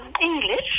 English